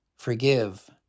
Forgive